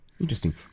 Interesting